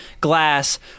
glass